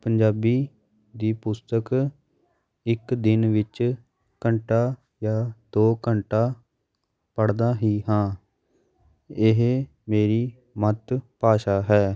ਪੰਜਾਬੀ ਦੀ ਪੁਸਤਕ ਇੱਕ ਦਿਨ ਵਿੱਚ ਘੰਟਾ ਜਾਂ ਦੋ ਘੰਟਾ ਪੜ੍ਹਦਾ ਹੀ ਹਾਂ ਇਹ ਮੇਰੀ ਮਾਤ ਭਾਸ਼ਾ ਹੈ